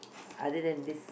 other than this